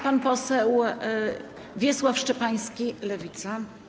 Pan poseł Wiesław Szczepański, Lewica.